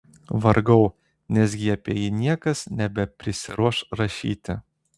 vargau nesgi apie jį niekas nebeprisiruoš rašyti